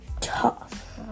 tough